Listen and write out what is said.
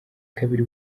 kabiri